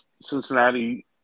Cincinnati